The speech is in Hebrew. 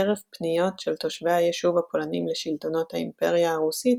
חרף פניות של תושבי היישוב הפולנים לשלטונות ההאימפריה הרוסית